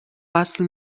وصل